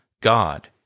God